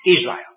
Israel